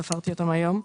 ספרתי אותם היום,